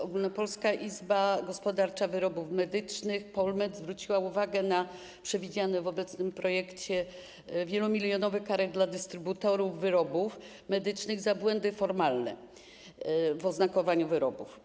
Ogólnopolska Izba Gospodarcza Wyrobów Medycznych POLMED zwróciła uwagę na przewidziane w obecnym projekcie wielomilionowe kary dla dystrybutorów wyrobów medycznych za błędy formalne w oznakowaniu wyrobów.